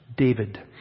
David